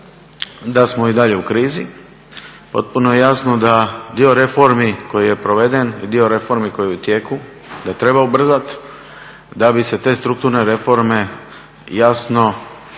da smo i dalje u krizi, potpuno je jasno da dio reformi koji je proveden i dio reformi koji je u tijeku da treba ubrzat da bi se te strukturne reforme jasno i